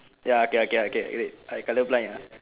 ya okay okay okay wait I colour blind uh